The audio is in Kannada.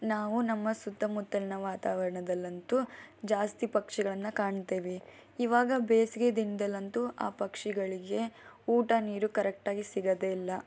ನಾವು ನಮ್ಮ ಸುತ್ತಮುತ್ತಲಿನ ವಾತಾವರಣದಲ್ಲಂತು ಜಾಸ್ತಿ ಪಕ್ಷಿಗಳನ್ನು ಕಾಣ್ತೇವೆ ಇವಾಗ ಬೇಸಿಗೆ ದಿನದಲ್ಲಂತೂ ಆ ಪಕ್ಷಿಗಳಿಗೆ ಊಟ ನೀರು ಕರೆಕ್ಟಾಗಿ ಸಿಗೋದೇ ಇಲ್ಲ